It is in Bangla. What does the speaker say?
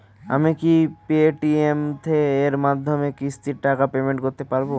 আমি কি পে টি.এম এর মাধ্যমে কিস্তির টাকা পেমেন্ট করতে পারব?